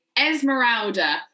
Esmeralda